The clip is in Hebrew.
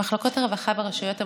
מחלקת הרווחה ברשויות המקומיות,